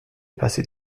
passé